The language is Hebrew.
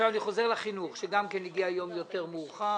אני חוזר לחינוך שגם הוא הגיע יום יותר מאוחר.